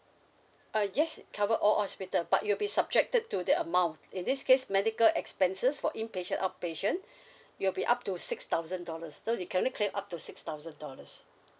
uh yes cover all hospital but you'll be subjected to the amount in this case medical expenses for inpatient outpatient it will be up to six thousand dollars so you can only claim up to six thousand dollars